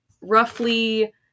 Roughly